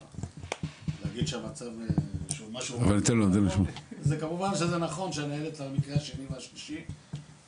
להגיד שהמצב משהו זה כמובן שזה נכון שהניידת למקרה השני והשלישי,